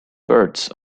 birds